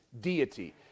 deity